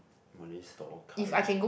Malay stall curry